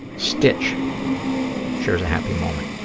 stitch shares a happy moment.